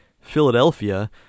Philadelphia